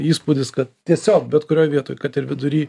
įspūdis kad tiesiog bet kurioj vietoj kad ir vidury